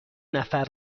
نفر